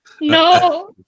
no